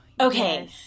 Okay